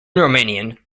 romanian